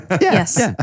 Yes